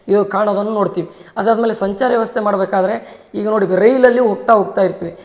ಇಲ್ಲಿ ಕಾಣೋದನ್ನು ನೋಡ್ತಿವಿ ಅದಾದಮೇಲೆ ಸಂಚಾರ ವ್ಯವಸ್ಥೆ ಮಾಡಬೇಕಾದ್ರೆ ಈಗ ನೋಡಿ ರೈಲಲ್ಲಿ ಹೋಗ್ತಾ ಹೋಗ್ತಾ ಇರ್ತಿವಿ